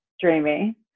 Dreamy